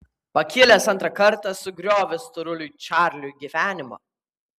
pakilęs antrą kartą sugriovė storuliui čarliui gyvenimą